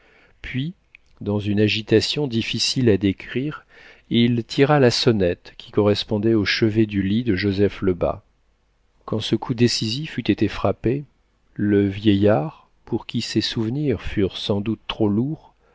puis dans une agitation difficile à décrire il tira la sonnette qui correspondait au chevet du lit de joseph lebas quand ce coup décisif eut été frappé le vieillard pour qui ces souvenirs furent sans doute trop lourds